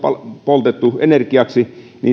poltettu energiaksi